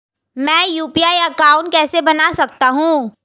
मैं UPI account कैसे बना सकता हूं?